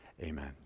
Amen